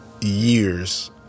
years